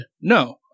no